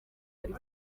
ari